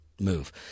move